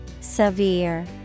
Severe